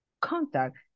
contact